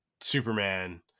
Superman